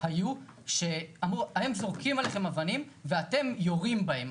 היה שאמרו: הם זורקים עליהם אבנים ואתם יורים בהם,